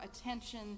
attention